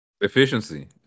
Efficiency